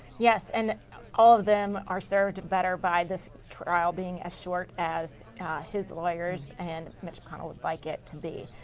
yes. and all of them are served better by this trial being as short as his lawyers and mitch mcconnell would like it to be.